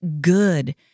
good